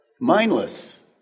Mindless